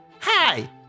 Hi